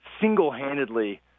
single-handedly